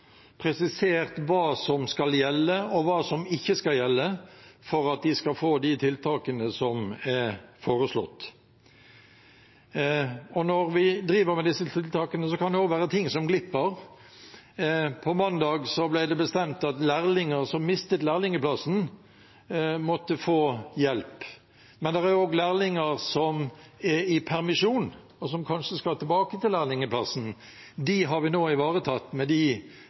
presisert hva som skal gjelde, og hva som ikke skal gjelde for at de skal få de tiltakene som er foreslått. Når vi driver med disse tiltakene, kan det også være ting som glipper. På mandag ble det bestemt at lærlinger som mistet lærlingplassen, måtte få hjelp. Men det er også lærlinger som er i permisjon, og som kanskje skal tilbake til lærlingplassen. Dem har vi nå ivaretatt med de